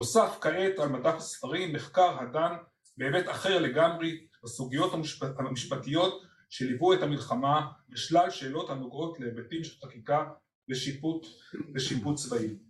‫נוסף כעת על מדף ספרים מחקר הדן ‫בהיבט אחר לגמרי ‫בסוגיות המשפטיות שליוו את המלחמה ‫בשלל שאלות הנוגעות ‫להיבטים של חקיקה ושיפוט צבאי.